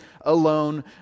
alone